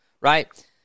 Right